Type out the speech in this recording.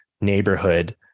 neighborhood